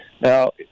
Now